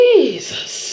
Jesus